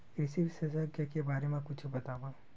कृषि विशेषज्ञ के बारे मा कुछु बतावव?